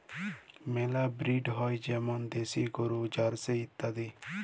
মেলা ব্রিড হ্যয় যেমল দেশি গরু, জার্সি ইত্যাদি